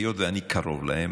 והיות שאני קרוב להם,